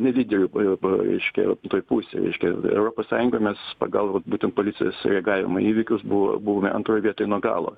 nedideliu paje paaiškėjo toj pusėj reiškia europos sąjungoj mes pagal būtent policijos reagavimo įvykius buvo buvome antroj vietoj nuo galo